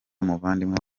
muvandimwe